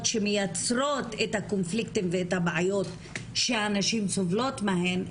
שמייצרות את הקונפליקטים ואת הבעיות שהנשים סובלות מהן,